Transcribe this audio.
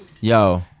Yo